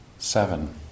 seven